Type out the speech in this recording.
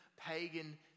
pagan